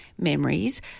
memories